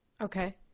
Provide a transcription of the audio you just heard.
Okay